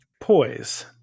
Poise